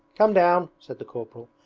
come down said the corporal,